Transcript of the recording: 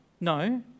No